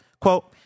Quote